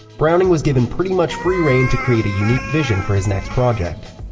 browning was given pretty much free rein to create a unique vision for his next project.